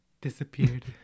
disappeared